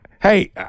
Hey